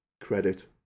Credit